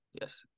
yes